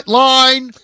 line